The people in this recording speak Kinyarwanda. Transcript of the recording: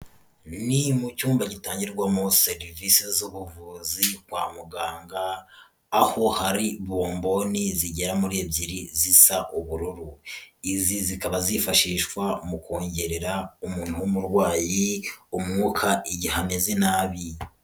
Ni mu cyumba gitangirwamo serivisi z'ubuvuzi kwa muganga, aho hari bomboni zigera muri ebyiri, zisa ubururu. Izi zikaba zifashishwa mu kongerera umuntu w'umurwayi umwuka, igihe ameze nabi.